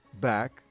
back